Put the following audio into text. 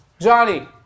Johnny